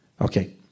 Okay